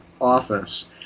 office